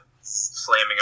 slamming